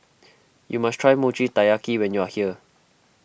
you must try Mochi Taiyaki when you are here